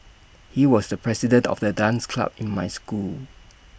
he was the president of the dance club in my school